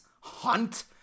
hunt